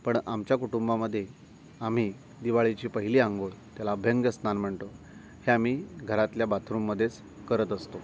पण आमच्या कुटुंबामध्ये आम्ही दिवाळीची पहिली अंघोळ त्याला अभ्यंग स्नान म्हणतो हे आम्ही घरातल्या बाथरूममध्येच करत असतो